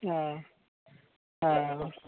हँ हँ